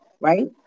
Right